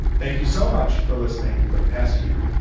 thank you so much for listening. for the past year,